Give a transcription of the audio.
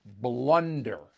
blunder